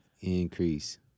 Increase